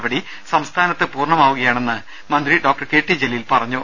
നടപടി സംസ്ഥാനത്ത് പൂർണമാവുക യാണെന്ന് മന്ത്രി ഡോക്ടർ കെ ടി ജലീൽ അറിയിച്ചു